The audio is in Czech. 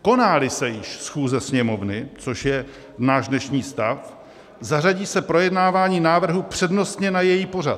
Konáli se již schůze Sněmovny což je náš dnešní stav zařadí se projednávání návrhu přednostně na její pořad.